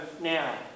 now